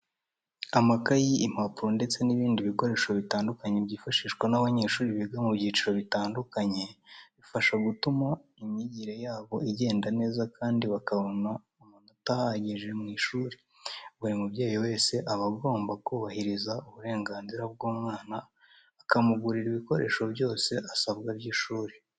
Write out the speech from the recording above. Amakayi, impapuro ndetse n'ibindi bikoresho bitandukanye byifashishwa n'abanyeshuri biga mu byiciro bitandukanye, bibafasha gutuma imyigire yabo igenda neza kandi bakabona amanota ahagije mu ishuri. Buri mubyeyi wese, aba agomba kubahiriza uburenganzira bw'umwana akamugurira ibikoresho byose asabwa by'ishuri.